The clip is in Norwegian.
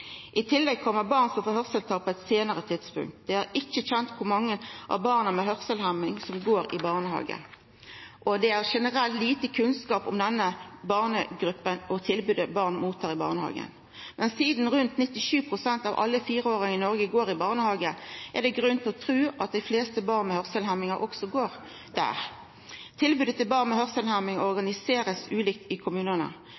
I tillegg kjem barn som får hørselstap på eit seinare tidspunkt. Det er ikkje kjent kor mange av barna med hørselshemming som går i barnehage, og det er generelt lite kunnskap om denne barnegruppa og tilbodet barna mottar i barnehagen. Men sidan rundt 97 pst. av alle fireåringar i Noreg går i barnehage, er det grunn til å tru at dei fleste barn med hørselshemmingar også går der. Tilbodet til barn med